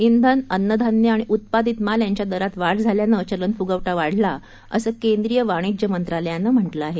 इंधन अन्नधान्य आणि उत्पादित माल यांच्या दरात वाढ झाल्यानं चलन फुगवटा वाढला असं केंद्रीय वाणिज्य मंत्रालयानं म्हटलं आहे